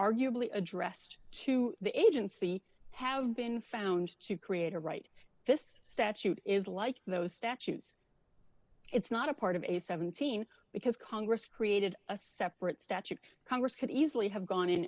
arguably addressed to the agency have been found to create a right this statute is like those statues it's not a part of a seventeen because congress created a separate statute congress could easily have gone in